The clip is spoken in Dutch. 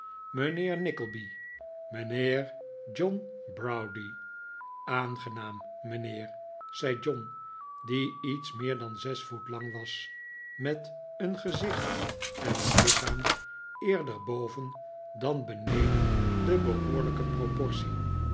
mijnheer nickleby mijnheer john browdie aangenaam mijnheer zei john die iets meer dan zes voet lang was met een gezicht en een lichaam eerder boven dan beneden de behoorlijke proportie